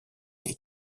est